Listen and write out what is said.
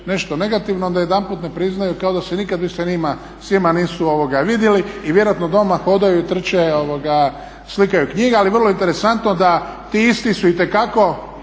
nešto negativno onda jedanput ne priznaju kao da se nikad s njima nisu vidjeli i vjerojatno doma hodaju i trče, slikaju knjige, ali vrlo je interesantno da ti isti su itekako